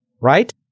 right